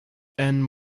and